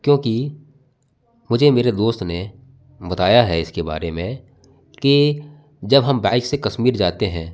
क्योंकि मुझे मेरे दोस्त ने बताया है इसके बारे में की जब हम बाइक से कश्मीर जाते हैं